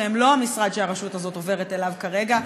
שהם לא המשרד שהרשות הזאת עוברת אליו כרגע,